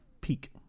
peak